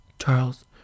Charles